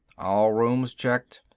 all rooms checked.